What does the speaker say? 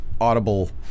audible